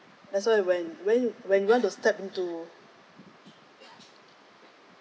that's why when when when we want to step into